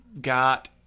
got